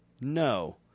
No